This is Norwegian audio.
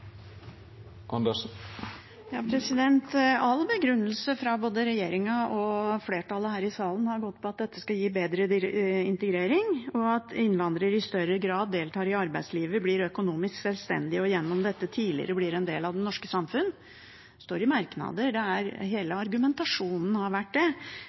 All begrunnelse fra både regjeringen og flertallet her i salen har dreid seg om at dette skal gi bedre integrering, og at innvandrere i større grad skal delta i arbeidslivet, bli økonomisk selvstendige og gjennom dette tidligere bli en del av det norske samfunn. Det står i merknadene. Det har vært hele argumentasjonen. Deler av det